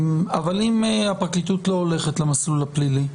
אם הפרקליטות לא הולכת למסלול הפלילי,